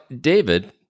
David